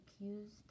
accused